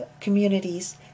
communities